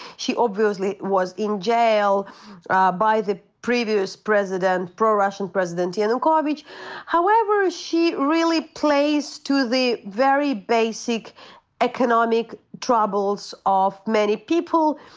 she obviously was in jail by the previous president, pro-russian president yanukovych. however, she really plays to the very basic economic troubles of many people,